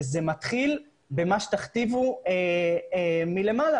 וזה מתחיל במה שתכתיבו מלמעלה.